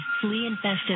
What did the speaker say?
flea-infested